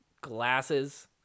glasses